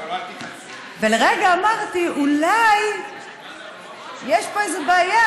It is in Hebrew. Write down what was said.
ולרגע אמרתי: אולי יש פה איזה בעיה,